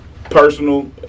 Personal